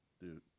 Dude